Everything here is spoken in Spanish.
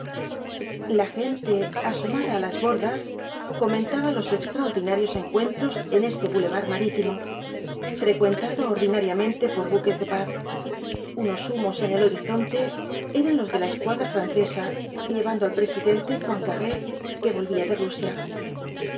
la gente asomada á las bordas comentaba los extraordinarios encuentros en este bulevar marítimo frelos cuatro jinhtk dbl apocalipsis cuentedo ordinariamente por buques de paz unos humos en el horizonte eran los de la escuadra francesa llevando al presidente poincaré que volvía de rusia